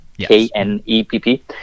K-N-E-P-P